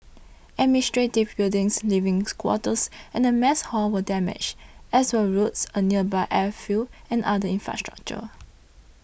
administrative buildings livings quarters and a mess hall were damaged as were roads a nearby airfield and other infrastructure